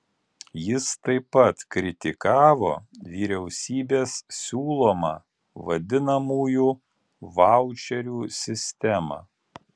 jis taip pat kritikavo vyriausybės siūlomą vadinamųjų vaučerių sistemą